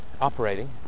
operating